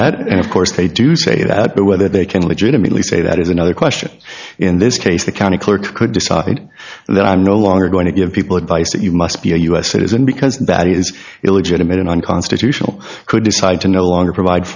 that and of course they do say that but whether they can legitimately say that is another question in this case the county clerk could decide that i'm no longer going to give people advice that you must be a u s citizen because that is illegitimate and unconstitutional could decide to no longer provide